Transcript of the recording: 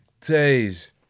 days